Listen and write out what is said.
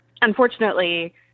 Unfortunately